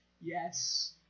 Yes